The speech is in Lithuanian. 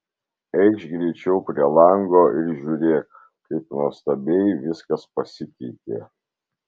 eikš greičiau prie lango ir žiūrėk kaip nuostabiai viskas pasikeitė